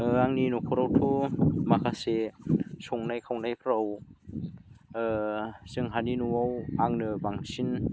आंनि न'खरावथ' माखासे संनाय खावनायफ्राव जोंहानि न'आव आंनो बांसिन